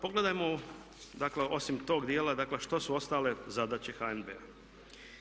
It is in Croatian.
Pogledajmo dakle osim tog dijela dakle što su ostale zadaće HNB-a.